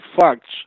facts